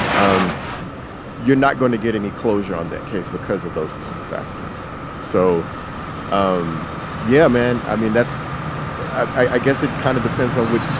um you're not going to get any closure on that case because of those two factors so um yeah, man. i mean, that's i guess it kind of depends on what,